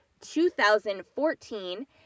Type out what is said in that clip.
2014